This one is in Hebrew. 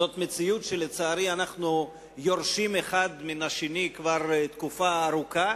זוהי מציאות שלצערי אנחנו יורשים אחד מהשני כבר תקופה ארוכה.